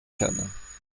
cannes